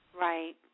Right